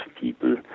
people